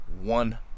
one